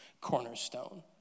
cornerstone